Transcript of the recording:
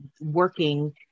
working